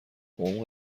عمق